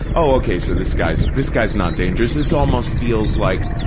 oh, okay, so this guy's, this guy's not dangerous, this almost feels like,